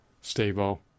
stable